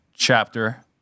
Chapter